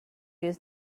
use